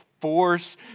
force